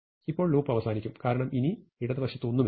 ഇപ്പോൾ ലൂപ്പ് അവസാനിക്കും കാരണം ഇനി ഇടതുവശത്ത് ഒന്നുമില്ല